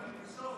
ההתרגשות.